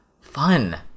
fun